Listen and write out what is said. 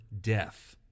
death